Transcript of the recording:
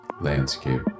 landscape